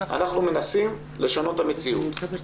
אנחנו מנסים לשנות את המציאות.